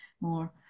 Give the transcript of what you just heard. more